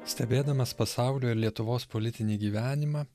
stebėdamas pasaulio ir lietuvos politinį gyvenimą